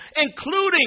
including